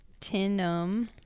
Tinum